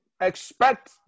Expect